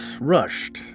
rushed